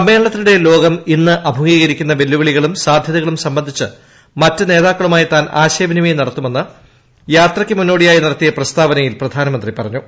സമ്മേളനിത്തിനിടെ ലോകം ഇന്ന് അഭിമുഖീകരിക്കുന്ന വെല്ലുവിളിക്ക്ളും സാധ്യതകളും സംബന്ധിച്ച് മറ്റ് നേതാക്കളുമായി താൻ ആശ്രയ്ചിനിമയം നടത്തുമെന്ന് യാത്രയ്ക്ക് മുന്നോടിയായി ന്ടുത്തിയ പ്രസ്താവനയിൽ പ്രധാനമന്ത്രി പറഞ്ഞു